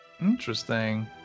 Interesting